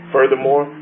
Furthermore